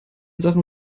sachen